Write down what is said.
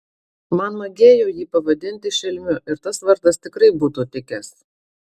man magėjo jį pavadinti šelmiu ir tas vardas tikrai būtų tikęs